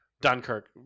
Dunkirk